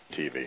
tv